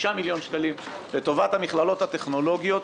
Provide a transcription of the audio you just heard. מיליון שקלים לטובת המכללות הטכנולוגיות,